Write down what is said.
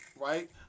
right